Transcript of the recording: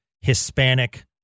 Hispanic